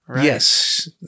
Yes